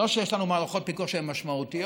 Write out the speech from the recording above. לא שאין לנו מערכות פיקוח שהן משמעותיות,